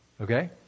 Okay